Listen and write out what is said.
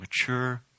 mature